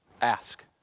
ask